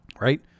right